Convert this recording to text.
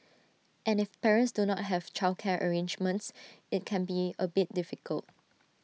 and if parents do not have childcare arrangements IT can be A bit difficult